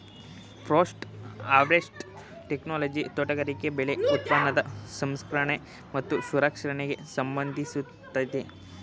post harvest technology ತೋಟಗಾರಿಕೆ ಬೆಳೆ ಉತ್ಪನ್ನದ ಸಂಸ್ಕರಣೆ ಮತ್ತು ಸಂರಕ್ಷಣೆಗೆ ಸಂಬಂಧಿಸಯ್ತೆ